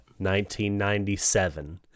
1997